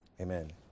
Amen